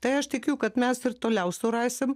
tai aš tikiu kad mes ir toliau surasim